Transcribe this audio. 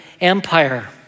empire